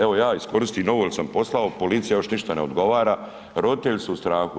Evo ja iskoristim ovo jel sam poslao policiji, a još ništa ne odgovara, roditelji su u strahu.